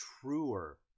truer